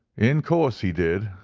in course he did,